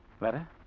Letter